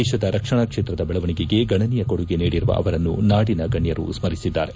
ದೇಶದ ರಕ್ಷಣಾ ಕ್ಷೇತ್ರದ ಬೆಳವಣಿಗೆಗೆ ಗಣನೀಯ ಕೊಡುಗೆ ನೀಡಿರುವ ಅವರನ್ನು ನಾಡಿನ ಗಣ್ನರು ಸ್ನರಿಸಿದ್ದಾರೆ